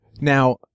Now